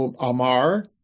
amar